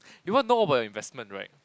you want to know about your investment right